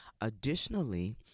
Additionally